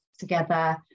together